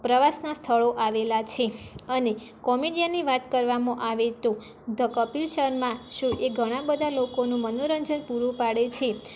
પ્રવાસના સ્થળો આવેલાં છે અને કોમેડિયનની વાત કરવામાં આવે તો ધ કપિલ શર્મા શો એ ઘણા બધા લોકોનું મનોરંજન પૂરું પાડે છે